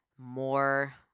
More